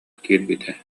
киирбитэ